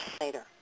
later